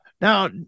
Now